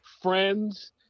Friends